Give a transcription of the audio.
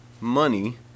money